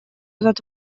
этот